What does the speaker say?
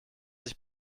sich